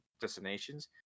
destinations